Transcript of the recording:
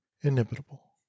inimitable